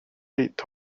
byd